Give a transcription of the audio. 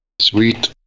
Sweet